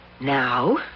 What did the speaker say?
Now